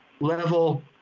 level